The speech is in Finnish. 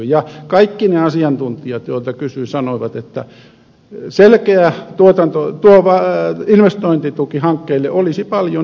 ja kaikki ne asiantuntijat joilta kysyin sanoivat että selkeä investointituki hankkeille olisi paljon järkevämpi